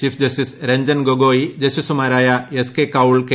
chief justice Ranjan Gogoi ജസ്റ്റീസുമാരായ S K Kaul K